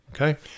Okay